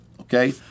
okay